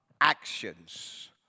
actions